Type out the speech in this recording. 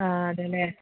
ആ അതെല്ലേ